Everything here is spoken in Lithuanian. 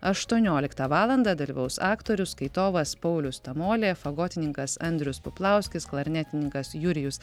aštuonioliktą valandą dalyvaus aktorius skaitovas paulius tamolė fagotininkas andrius puplauskis klarnetininkas jurijus